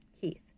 Keith